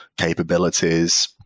capabilities